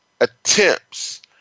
attempts